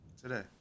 Today